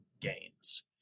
gains